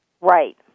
Right